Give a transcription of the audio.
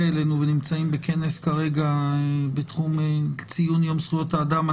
אלינו ונמצאים כרגע בכנס בתחום ציון יום זכויות האדם,